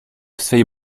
swej